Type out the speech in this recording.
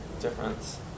difference